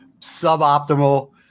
suboptimal